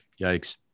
Yikes